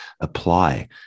apply